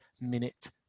minute